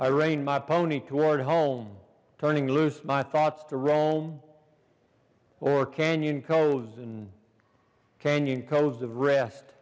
i rain my pony toward home turning loose my thoughts to rome or canyon coves and canyon coves of rest